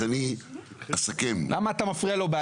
כשאני אסכם --- למה אתה מפריע לו בעלייה?